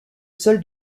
sol